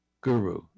Guru